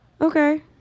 okay